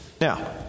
Now